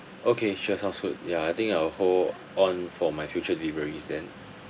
okay sure sounds good ya I think I'll hold on for my future deliveries then